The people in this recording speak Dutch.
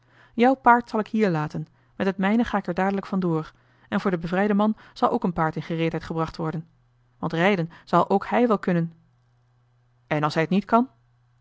jou paard zal ik hier laten met het mijne ga ik er dadelijk van door en voor den bevrijden man zal ook een paard in gereedheid gebracht worden want rijden zal ook hij wel kunnen en als hij t niet kan